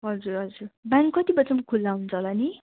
हजुर हजुर ब्याङ्क कति बजीसम्म खुल्ला हुन्छ होला नि